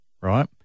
right